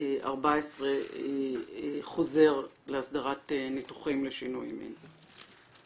2014 חוזר להסדרת ניתוחים לשינוי מין.